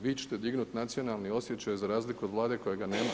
Vi ćete dignuti nacionalni osjećaj za razliku od Vlade kojega nema.